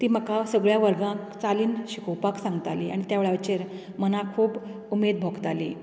ती म्हाका सगल्या वर्गाक चालीन शिकोवपाक सांगताली आनी त्यो वेळाचेर मनाक खूब उमेद भोगताली